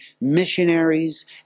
missionaries